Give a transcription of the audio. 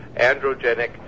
androgenic